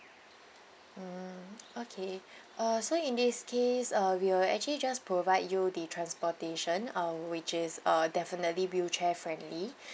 mm okay uh so in this case uh we'll actually just provide you the transportation uh which is uh definitely wheelchair-friendly